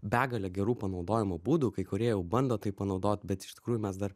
begalę gerų panaudojimo būdų kai kurie jau bando tai panaudot bet iš tikrųjų mes dar